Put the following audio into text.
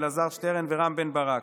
אלעזר שטרן ורם בן ברק,